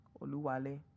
Oluwale